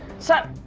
sir.